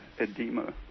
edema